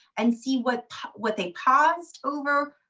and see what what they paused over,